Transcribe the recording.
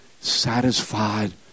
satisfied